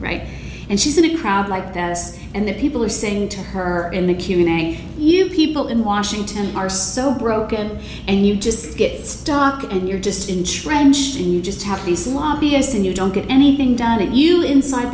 right and she's in a crowd like that and the people are saying to her in the culinary you people in washington are so broken and you just get stuck and you're just entrenched and you just have these lobbyists and you don't get anything done it you inside